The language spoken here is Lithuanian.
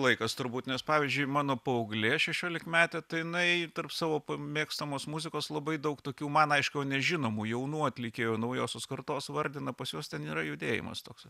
laikas turbūt nes pavyzdžiui mano paauglė šešiolikmetė tai jinai tarp savo mėgstamos muzikos labai daug tokių man aišku nežinomų jaunų atlikėjų naujosios kartos vardina pas juos ten yra judėjimas toks